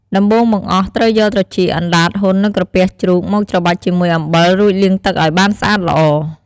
ដំបូងបង្អស់ ត្រូវយក ត្រចៀក អណ្ដាត ហ៊ុន និងក្រពះជ្រូក មកច្របាច់ជាមួយ អំបិល រួចលាងទឹកឱ្យបានស្អាតល្អ។